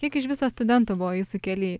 kiek iš viso studentų buvo jūsų kely